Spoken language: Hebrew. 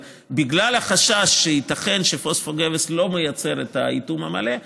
אבל בגלל החשש שייתכן שפוספוגבס לא מייצר את האיטום המלא,